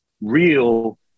real